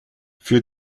für